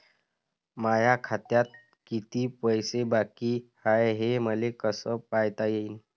माया खात्यात किती पैसे बाकी हाय, हे मले कस पायता येईन?